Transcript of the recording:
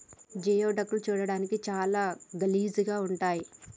geoduck లు చూడడానికి చాలా గలీజ్ గా ఉంటయ్